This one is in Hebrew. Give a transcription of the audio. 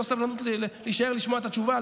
אין לו סבלנות להישאר לשמוע את התשובה,